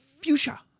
Fuchsia